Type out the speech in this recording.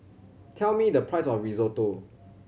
tell me the price of Risotto